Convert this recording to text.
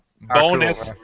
Bonus